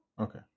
Okay